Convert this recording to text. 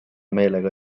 meelega